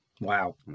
Wow